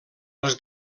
els